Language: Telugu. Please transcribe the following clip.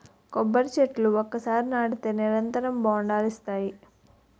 కొబ్బరి చెట్లు ఒకసారి నాటితే నిరంతరం బొండాలనిస్తాయి